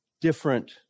different